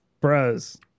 Bros